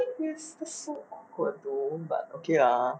that's so awkward though but okay ah